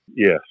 Yes